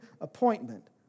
appointment